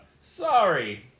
Sorry